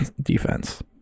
defense